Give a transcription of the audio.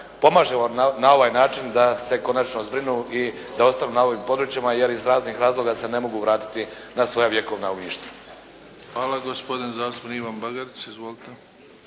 pomažemo na ovaj način da se konačno zbrinu i da ostanu na ovim područjima jer iz raznih razloga se ne mogu vratiti na svoja vjekovna ognjišta. **Bebić, Luka (HDZ)** Hvala. Gospodin zastupnik Ivan Bagarić. Izvolite.